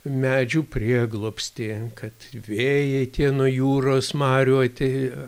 medžių prieglobstį kad vėjai tie nuo jūros marių atėję